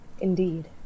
Indeed